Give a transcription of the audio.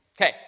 Okay